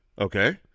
Okay